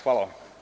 Hvala.